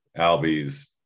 Alby's